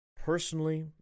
Personally